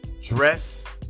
Dress